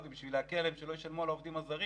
ובשביל להקל עליהם כדי שלא ישלמו על העובדים הזרים,